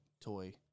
toy